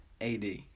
AD